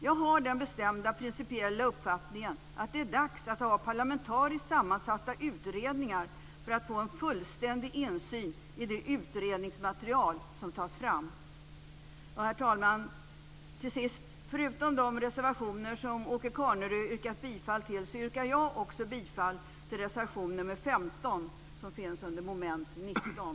Jag har den bestämda, principiella uppfattningen att det är dags att ha parlamentariskt sammansatta utredningar för att man ska få en fullständig insyn i det utredningsmaterial som tas fram. Herr talman! Till sist: Förutom de reservationer som Åke Carnerö yrkat bifall till yrkar jag också bifall till reservation nr 15 under mom. 19.